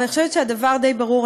אני חושבת שהדבר די ברור.